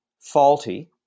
faulty